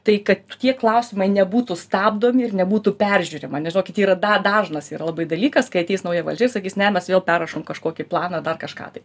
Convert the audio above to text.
tai kad tie klausimai nebūtų stabdomi ir nebūtų peržiūrima nes žinokit yra da dažnas yra labai dalykas kai ateis nauja valdžia ir sakys ne mes vėl perrašom kažkokį planą dar kažką tai